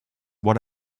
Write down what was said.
what